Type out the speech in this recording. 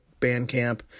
Bandcamp